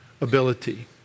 ability